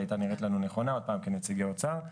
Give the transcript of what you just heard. היא הייתה נראית לנו נכונה כנציגי אוצר,